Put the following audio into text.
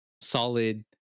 solid